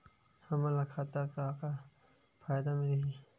हमन ला खाता से का का फ़ायदा मिलही?